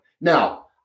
Now